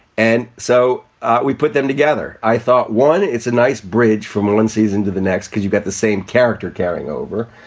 and so we put them together. i thought one. it's a nice bridge from one season to the next because you got the same character carrying over.